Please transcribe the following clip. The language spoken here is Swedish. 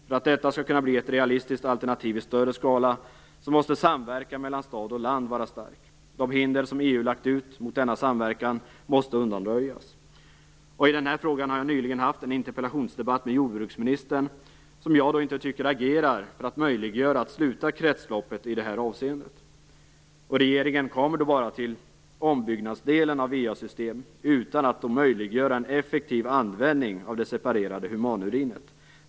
För att detta skall kunna bli ett realistiskt alternativ i större skala måste samverkan mellan stad och land vara stark. De hinder som EU lagt ut mot denna samverkan måste undanröjas. I denna fråga har jag nyligen haft en interpellationsdebatt med jordbruksministern, som jag inte tycker agerar för att möjliggöra att sluta kretsloppet i det här avseendet. Regeringen kommer bara till ombyggnadsdelen av va-system utan att den möjliggör en effektiv användning av det separerade humanurinet.